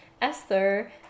Esther